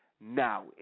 Now